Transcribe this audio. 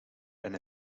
and